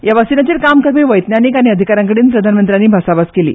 ह्या वासिनाचेर काम करपी वैज्ञानीक आनी अधिकाऱ्यां कडेन प्रधानमंत्र्यांनी भासाभास केली